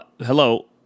hello